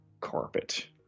carpet